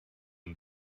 and